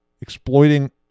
exploiting